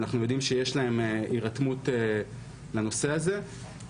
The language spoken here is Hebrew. אנחנו יודעים שיש להם הירתמות לנושא הזה.